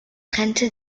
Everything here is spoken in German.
trennte